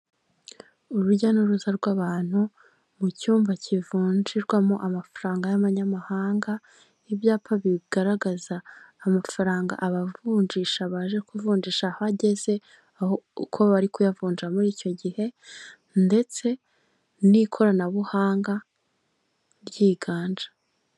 Urujya n'uruza rw'abantu mu cyumba kivunjirwamo amafaranga y'amanyamahanga ibyapa bigaragaza amafaranga abavunjisha baje ku kuvunjisha aho ageze , uko bari kuyavunja muri icyo gihe ndetse n'ikoranabuhanga ryiganje .